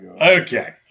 Okay